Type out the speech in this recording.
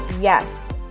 Yes